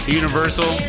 universal